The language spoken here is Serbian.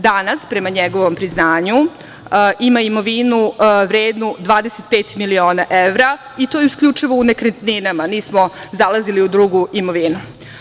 Danas, prema njegovom priznanju, ima imovinu vrednu 25 miliona evra, i to isključivo u nekretninama, nismo zalazili u drugu imovinu.